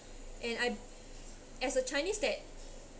and I as a chinese that